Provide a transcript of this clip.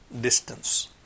distance